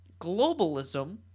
globalism